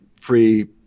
free